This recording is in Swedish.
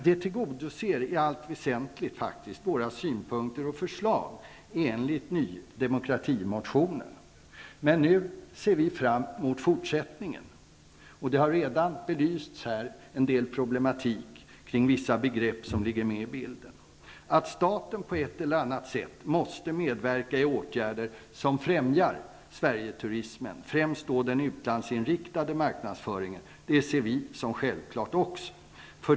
Det tillgodoser i allt väsentligt våra synpunkter och förslag enligt Ny demokratis motion. Men nu ser vi fram emot fortsättningen. En del av problematiken kring vissa begrepp som finns med i bilden har redan belysts. Att staten på ett eller annat sätt måste medverka i åtgärder som främjar Sverigeturism, främst den utlandsinriktade marknadsföringen, ser även vi som självklart.